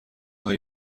هایی